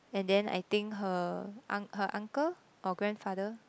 and then I think her unk~ her uncle or grandfather